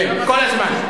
כל הזמן.